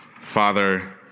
Father